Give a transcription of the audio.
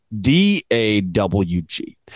D-A-W-G